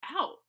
out